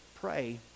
pray